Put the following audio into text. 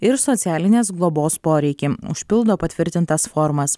ir socialinės globos poreikį užpildo patvirtintas formas